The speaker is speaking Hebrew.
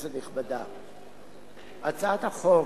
כנסת נכבדה, הצעת החוק